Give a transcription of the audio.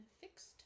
fixed